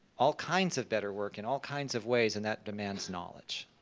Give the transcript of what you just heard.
all kinds of better work in all kinds of ways, and that demands knowledge.